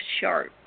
sharp